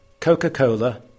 Coca-Cola